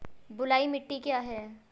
बलुई मिट्टी क्या है?